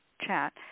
chat